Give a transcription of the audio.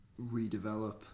redevelop